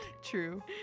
true